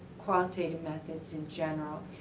qualitative methods in general,